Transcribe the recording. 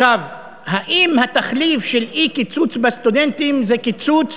עכשיו, האם התחליף של אי-קיצוץ לסטודנטים זה קיצוץ